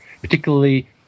particularly